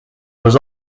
was